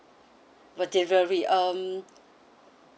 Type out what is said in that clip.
for delivery um